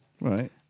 Right